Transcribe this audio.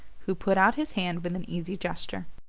who put out his hand with an easy gesture.